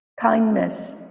kindness